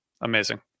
amazing